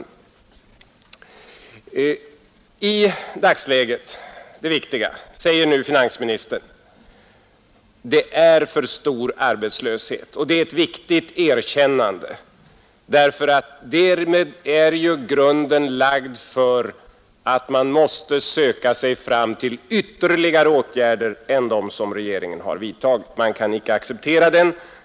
Finansministern säger nu att det i dagens läge är en alltför stor arbetslöshet, och det är ett viktigt erkännande, eftersom grunden därmed är lagd för ett konstaterande att man måste söka sig fram till flera åtgärder än dem som regeringen vidtagit. Dessa kan inte accepteras.